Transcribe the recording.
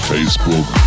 Facebook